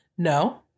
no